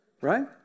right